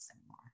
anymore